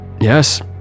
Yes